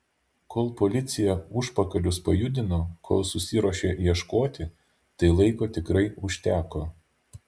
kol policija užpakalius pajudino kol susiruošė ieškoti tai laiko tikrai užteko